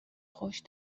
خوش